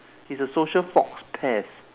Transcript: it's a social faux pas